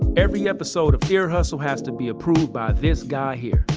every episode of ear hustle has to be approved by this guy here.